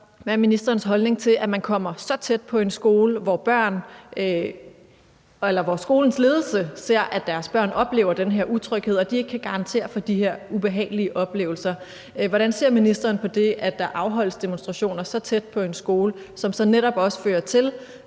hvad er ministerens holdning til, at man kommer så tæt på en skole, hvor skolens ledelse ser, at deres børn oplever den her utryghed, og at de ikke kan garantere dem mod de her ubehagelige oplevelser? Hvordan ser ministeren på det, at der afholdes demonstrationer så tæt på en skole, som så netop også fører til,